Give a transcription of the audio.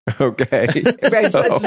Okay